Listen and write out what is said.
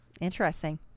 interesting